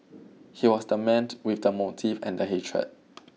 he was the man with the motive and the hatred